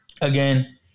Again